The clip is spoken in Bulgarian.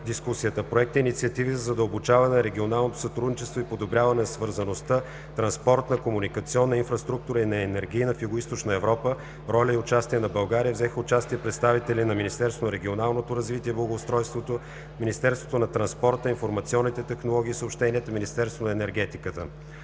„Проекти и инициативи за задълбочаване на регионалното сътрудничество и подобряване на свързаността – транспортна, комуникационна, инфраструктурна и енергийна в Югоизточна Европа – роля и участие на България“, взеха участие представители на: Министерството на регионалното развитие и благоустройството, Министерството на транспорта, информационните технологии и съобщенията, Министерството на енергетиката.